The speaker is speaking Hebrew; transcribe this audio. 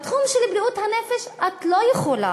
בתחום של בריאות הנפש את לא יכולה,